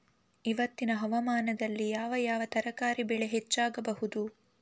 ಇವತ್ತಿನ ಹವಾಮಾನದಲ್ಲಿ ಯಾವ ಯಾವ ತರಕಾರಿ ಬೆಳೆ ಹೆಚ್ಚಾಗಬಹುದು?